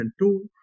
two